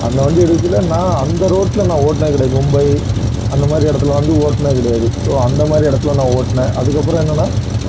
அந்த வேண்டிய எடுக்கத்துல்ல நான் அந்த ரோட்டில நான் ஓட்டுனது கிடையாது மும்பை அந்தமாதிரி இடத்துல ஓட்டுனது கிடையாது ஸோ அந்தமாதிரி இடத்துல நான் ஓட்டுனேன் அதுக்கப்புறம் என்னன்னா